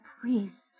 priests